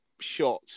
Shot